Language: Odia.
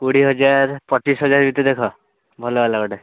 କୋଡ଼ିଏ ହଜାର ପଚିଶ ହଜାର ଭିତରେ ଦେଖ ଭଲ ବାଲା ଗୋଟେ